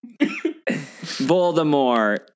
Voldemort